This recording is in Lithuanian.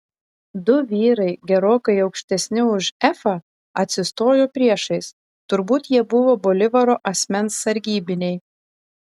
du vyrai gerokai aukštesni už efą atsistojo priešais turbūt jie buvo bolivaro asmens sargybiniai